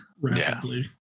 rapidly